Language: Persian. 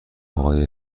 آقای